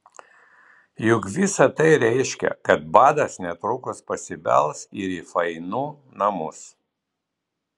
juk visa tai reiškia kad badas netrukus pasibels ir į fainų namus